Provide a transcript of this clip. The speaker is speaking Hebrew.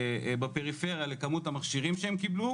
בפריפריה לכמות המכשירים שהם קיבלו,